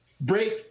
break